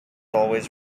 always